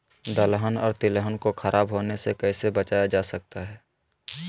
दलहन और तिलहन को खराब होने से कैसे बचाया जा सकता है?